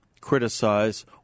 criticize